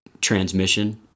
transmission